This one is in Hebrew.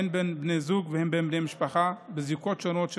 הן בין בני זוג והן בין בני משפחה בזיקות שונות.